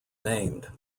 named